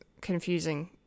confusing